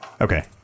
Okay